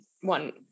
one